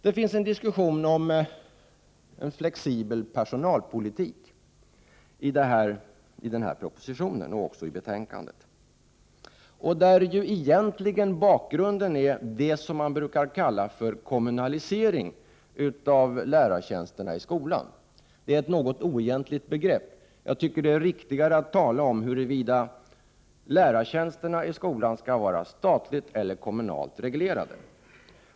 Det förs en diskussion om en flexibel personalpolitik både i den här propositionen och i det aktuella betänkandet. Bakgrunden är egentligen det som man brukar kalla kommunalisering av lärartjänsterna i skolan. Det är ett något oegentligt begrepp. Jag tycker att det är riktigare att tala om huruvida lärartjänsterna i skolan skall vara statligt eller kommunalt reglerade.